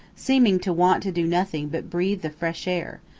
seeming to want to do nothing but breathe the fresh air,